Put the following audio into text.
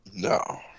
No